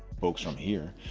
folks from here,